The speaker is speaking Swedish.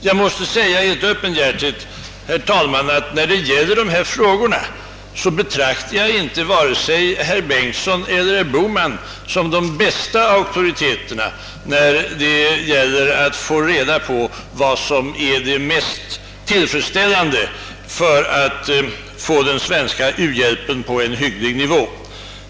Jag måste öppenhjärtigt säga att jag i dessa frågor inte betraktar vare sig herr Bengtsson eller herr Bohman som de bästa auktoriteterna, och det är inte till dem jag bör vända mig för att få reda på vad som bör göras för att få upp den svenska u-hjälpen till en hygglig nivå.